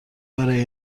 برای